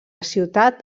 ciutat